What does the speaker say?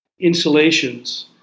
insulations